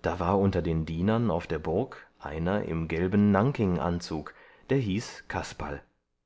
da war unter den dienern auf der burg einer im gelben nankinganzug der hieß kasperl